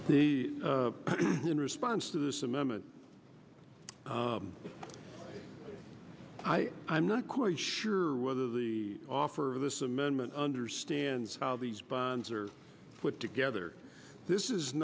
the in response to this amendment i i'm not quite sure whether the offer of this amendment understands how these bonds are put together this is